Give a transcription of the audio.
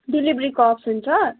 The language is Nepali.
डेलिभरीको अप्सन छ